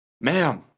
ma'am